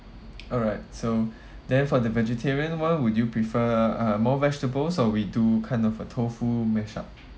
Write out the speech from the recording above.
alright so then for the vegetarian [one] would you prefer uh more vegetables or we do kind of a tofu mash up